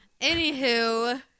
Anywho